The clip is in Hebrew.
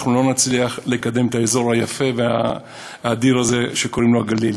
אנחנו לא נצליח לקדם את האזור היפה והאדיר הזה שקוראים לו הגליל.